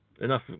Enough